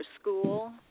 school